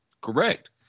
Correct